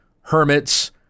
hermits